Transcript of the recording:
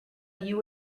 you